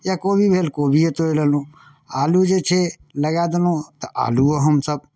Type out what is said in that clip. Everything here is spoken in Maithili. या कोबी भेल कोबिए तोड़ि लेलहुँ आलू जे छै लगा देलहुँ तऽ आलूओ हमसभ